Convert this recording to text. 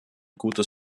gutes